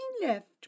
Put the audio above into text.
left